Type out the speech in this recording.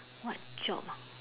what job ah